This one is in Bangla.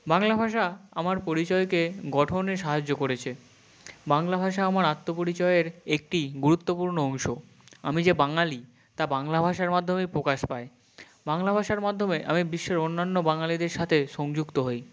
বাংলা ভাষা আমার পরিচয়কে গঠনে সাহায্য করেছে বাংলা ভাষা আমার আত্মপরিচয়ের একটি গুরুত্বপূর্ণ অংশ আমি যে বাঙালি তা বাংলা ভাষার মাধ্যমেই প্রকাশ পায় বাংলা ভাষার মাধ্যমে আমি বিশ্বের অন্যান্য বাঙালিদের সাথে সংযুক্ত হই